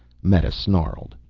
meta snarled.